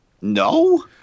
No